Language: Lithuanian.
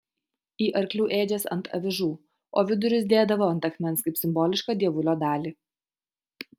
į arklių ėdžias ant avižų o vidurius dėdavo ant akmens kaip simbolišką dievulio dalį